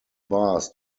bars